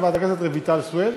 חברת הכנסת רויטל סויד,